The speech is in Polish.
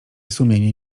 sumienie